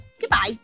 goodbye